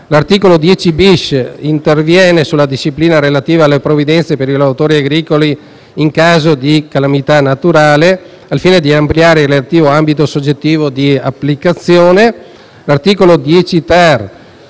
L'articolo l0*-bis* interviene sulla disciplina relativa alle provvidenze per i lavoratori agricoli in caso di calamità naturali, al fine di ampliare il relativo ambito soggettivo di applicazione.